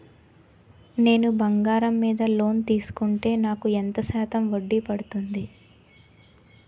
నేను బంగారం మీద లోన్ తీసుకుంటే నాకు ఎంత శాతం వడ్డీ పడుతుంది?